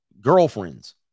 Girlfriends